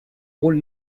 rôle